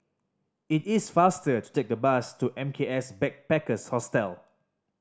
it is faster to take bus to M K S Backpackers Hostel